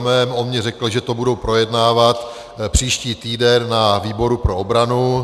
On mi řekl, že to budou projednávat příští týden na výboru pro obranu.